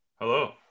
Hello